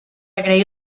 agrair